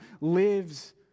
lives